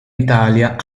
italia